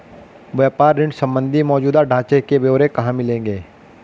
व्यापार ऋण संबंधी मौजूदा ढांचे के ब्यौरे कहाँ मिलेंगे?